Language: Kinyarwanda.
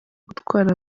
gutwara